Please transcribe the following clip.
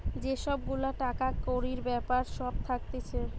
যে সব গুলা টাকা কড়ির বেপার সব থাকতিছে